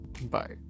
Bye